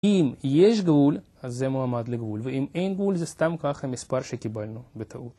אם יש גבול, אז זה מועמד לגבול, ואם אין גבול, זה סתם ככה מספר שקיבלנו בטעות.